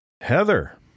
Heather